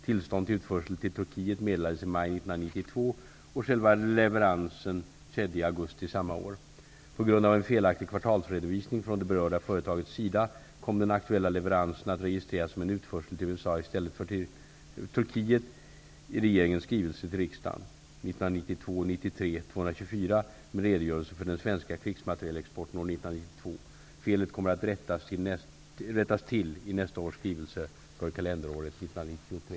1992, och själva leveransen skedde i augusti samma år. På grund av en felaktig kvartalsredovisning från det berörda företagets sida kom den aktuella leveransen att registreras som en utförsel till USA i stället för till Turkiet i regeringens skrivelse till riksdagen, 1992/93:224, med redogörelse för den svenska krigsmaterielexporten år 1992. Felet kommer att rättas till i nästa års skrivelse för kalenderåret 1993.